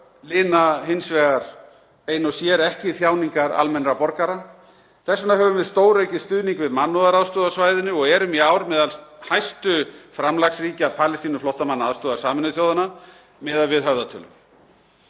lina hins vegar ein og sér ekki þjáningar almennra borgara. Þess vegna höfum við stóraukið stuðning við mannúðaraðstoð á svæðinu og erum í ár meðal hæstu framlagsríkja Palestínuflóttamannaaðstoðar Sameinuðu þjóðanna miðað við höfðatölu.